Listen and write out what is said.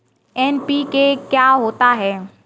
NPK क्या होता है?